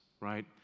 right